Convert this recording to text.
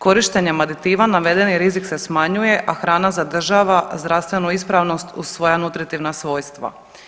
Korištenjem aditiva navedeni rizik se smanjuje, a hrana zadržava zdravstvenu ispravnost uz svoja nutritivna svojstva.